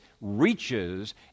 reaches